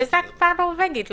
איזו הקפאה נורבגית?